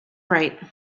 right